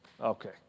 okay